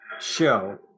show